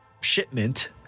shipment